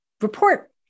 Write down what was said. report